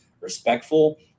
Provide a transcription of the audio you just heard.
respectful